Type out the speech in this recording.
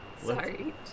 Sorry